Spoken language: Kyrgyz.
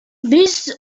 биз